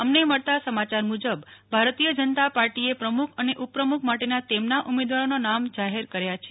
અમને મળતા સમાચાર મુજબ ભારતીય જનતા પાર્ટીએ પ્રમુખ અને ઉપપ્રમુખ માટેના તેમના ઉમેદવારોના નામો જાહેર કર્યા છે